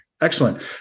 excellent